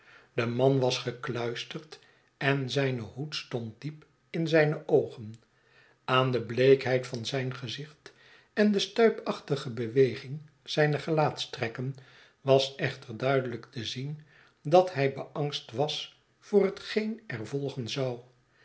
de man was gekluisterd en zijn hoed stond diepin zijne oogen aan de bleekheid van zijn gezicht en de stuipachtige beweging zijner gelaatstrekken was echter duidelijk te zien dat hij beangst was voor hetgeen er volgen zou